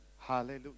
Hallelujah